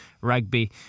rugby